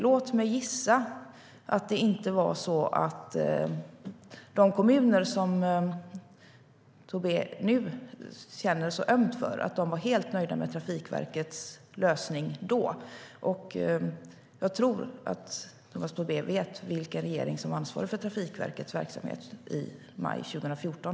Låt mig gissa att de kommuner som Tobé nu känner så ömt för då var helt nöjda med Trafikverkets lösning. Jag tror att Tomas Tobé vet vilken regering som ansvarade för Trafikverkets verksamhet i maj 2014.